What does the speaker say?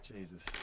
Jesus